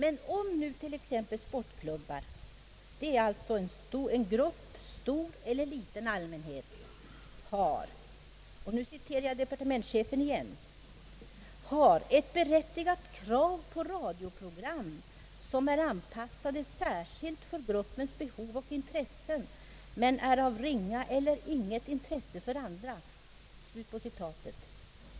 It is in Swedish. En sportklubb t.ex., vilket kan vara en stor eller liten grupp, har — och nu citerar jag departementschefen — »ett berättigat krav på radioprogram som är anpassade särskilt för gruppens behov och intressen, men är av ringa eller inget intresse för andra».